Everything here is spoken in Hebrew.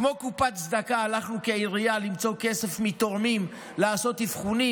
כמו קופת צדקה הלכנו כעירייה למצוא כסף מתורמים לעשות אבחונים